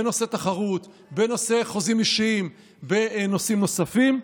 בנושא תחרות, בנושא חוזים אישיים, בנושאים נוספים.